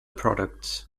products